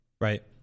Right